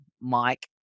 mike